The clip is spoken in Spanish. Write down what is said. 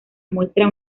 muestra